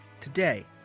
today